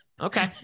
Okay